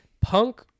Punk